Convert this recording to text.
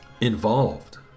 Involved